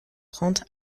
trente